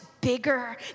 bigger